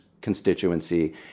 constituency